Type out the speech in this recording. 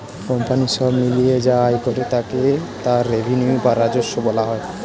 company সব মিলিয়ে যা আয় করে তাকে তার রেভিনিউ বা রাজস্ব বলা হয়